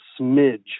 smidge